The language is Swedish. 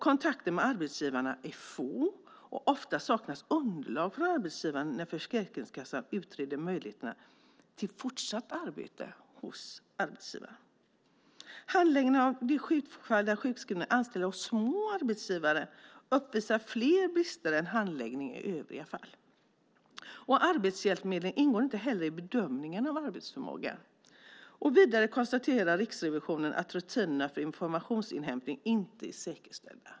Kontakterna med arbetsgivarna är få, och ofta saknas underlag från arbetsgivarna när Försäkringskassan utreder möjligheterna till fortsatt arbete hos arbetsgivaren. Handläggningen av de sjukfall där sjukskrivna är anställda hos arbetsgivare med små företag uppvisar fler brister än handläggningen av övriga fall. Arbetshjälpmedel ingår inte heller i bedömningen av arbetsförmågan. Vidare konstaterar Riksrevisionen att rutinerna för informationsinhämtning inte är säkerställda.